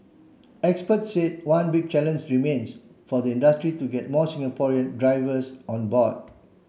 experts said one big challenge remains for the industry to get more Singaporean drivers on board